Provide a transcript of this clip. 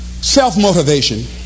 Self-motivation